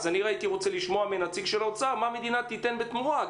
אז אני הייתי רוצה לשמוע מהנציג של האוצר מה המדינה תיתן בתמורה,